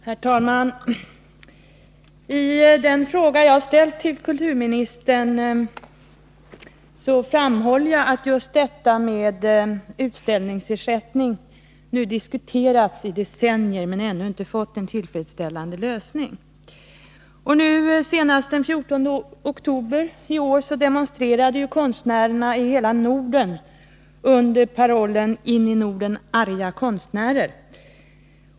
Herr talman! I den fråga jag har ställt till kulturministern framhåller jag att 23 november 1982 frågan om utställningsersättning har diskuterats i decennier men ännu inte fått någon tillfredsställande lösning. Senast den 14 oktober i år demonstrerade konstnärerna i hela Norden under parollen In i Norden arga konstnärer.